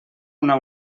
una